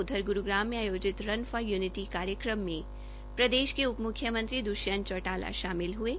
उधर ग्रूग्राम में आयोजित रन फॉर य्निटी कार्यक्रम में प्रदेश के उप मुख्यमंत्री दुष्यंत चौटाला शमिल हये